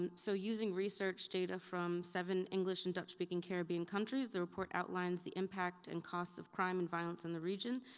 and so using research data from seven english and dutch-speaking caribbean countries, the report outlines the impact and cost of crime and violence in the region.